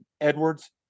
Edwards